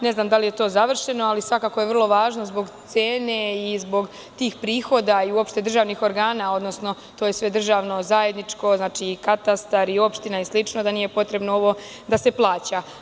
Ne znam da li je to završeno, ali svakako je vrlo važno zbog cene i zbog tih prihoda i uopšte državnih organa, odnosno to je sve državno, zajedničko, znači katastar i opština i slično, da nije potrebno ovo da se plaća.